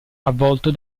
avvolto